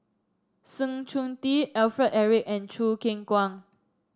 Sng Choon Yee Alfred Eric and Choo Keng Kwang